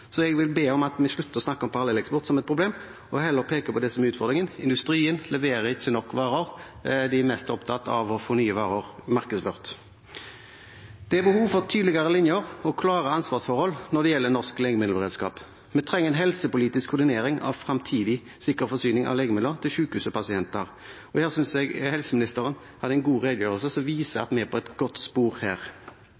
Så jeg vil be om at vi slutter å snakke om parallelleksport som et problem, og heller peker på det som er utfordringen: Industrien leverer ikke nok varer, de er mest opptatt av å få nye varer markedsført. Det er behov for tydeligere linjer og klare ansvarsforhold når det gjelder norsk legemiddelberedskap. Vi trenger en helsepolitisk koordinering av fremtidig sikker forsyning av legemidler til sykehus og pasienter. Jeg synes helseministeren hadde en god redegjørelse, som viser